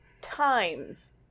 times